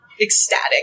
ecstatic